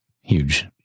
huge